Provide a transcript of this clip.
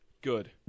Good